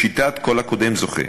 בשיטת "כל הקודם זוכה".